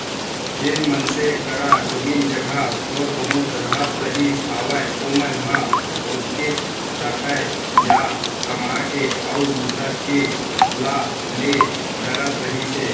जेन मनसे करा जमीन जघा थोर बहुत रहत रहिस हावय ओमन ह ओतकेच रखय या कमा के अउ दूसर के ला ले डरत रहिस हे